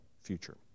future